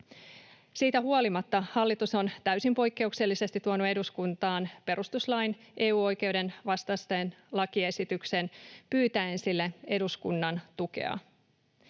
Siitä huolimatta hallitus on täysin poikkeuksellisesti tuonut eduskuntaan perustuslain, EU-oikeuden vastaisen lakiesityksen pyytäen sille eduskunnan tukea.